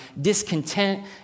discontent